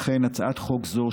לכן הצעת חוק זו,